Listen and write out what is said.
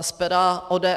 z pera ODS.